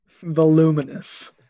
voluminous